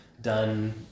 done